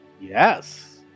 Yes